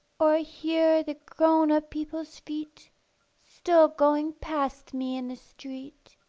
or hear the grown-up people's feet still going past me in the street.